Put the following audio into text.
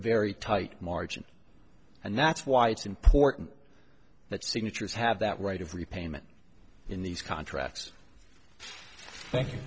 very tight margin and that's why it's important that signatures have that right of repayment in these contracts thank